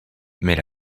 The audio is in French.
mais